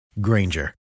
Granger